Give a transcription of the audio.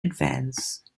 advance